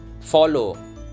follow